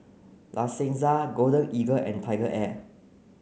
La Senza Golden Eagle and TigerAir